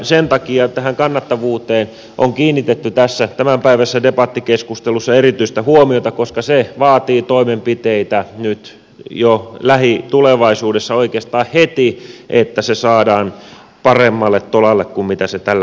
sen takia tähän kannattavuuteen on kiinnitetty tässä tämänpäiväisessä debattikeskustelussa erityistä huomiota koska se vaatii toimenpiteitä nyt jo lähitulevaisuudessa oikeastaan heti että se saadaan paremmalle tolalle kuin se tällä hetkellä on